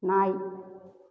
நாய்